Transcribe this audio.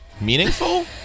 Meaningful